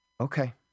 Okay